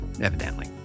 evidently